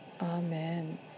Amen